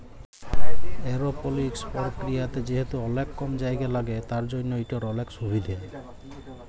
এরওপলিকস পরকিরিয়াতে যেহেতু অলেক কম জায়গা ল্যাগে তার জ্যনহ ইটর অলেক সুভিধা